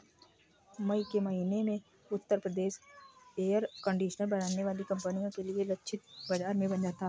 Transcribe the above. मई के महीने में उत्तर प्रदेश एयर कंडीशनर बनाने वाली कंपनियों के लिए लक्षित बाजार बन जाता है